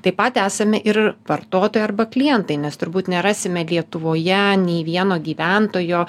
taip pat esame ir vartotojai arba klientai nes turbūt nerasime lietuvoje nei vieno gyventojo